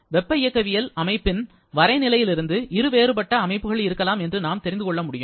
வெப்ப இயக்கவியல் அமைப்பின் வரை நிலையிலிருந்து இருவேறுபட்ட அமைப்புகள் இருக்கலாம் என்று நாம் தெரிந்துகொள்ள முடியும்